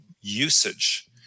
usage